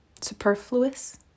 superfluous